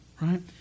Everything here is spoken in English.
right